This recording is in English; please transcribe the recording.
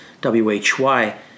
W-H-Y